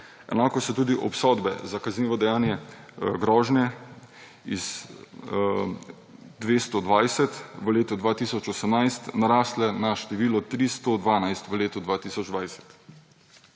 Enake so tudi obsodbe za kaznivo dejanje grožnje z 220 v letu 2018 narastle na število 312 v letu 2020.